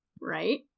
Right